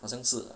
好像是 ah